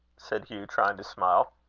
said hugh, trying to smile.